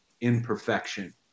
imperfection